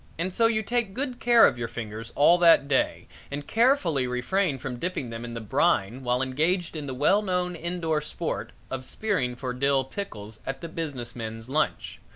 and so you take good care of your fingers all that day and carefully refrain from dipping them in the brine while engaged in the well known indoor sport of spearing for dill pickles at the business men's lunch.